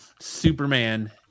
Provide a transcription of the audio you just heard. Superman